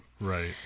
Right